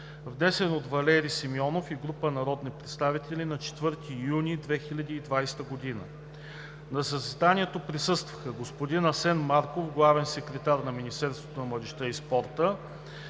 внесен от Валери Симеонов и група народни представители на 4 юни 2020 г. На заседанието присъстваха господин Асен Марков – главен секретар на Министерството на младежта и спорта,